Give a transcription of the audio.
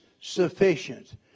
sufficient